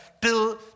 till